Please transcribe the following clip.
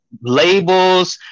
labels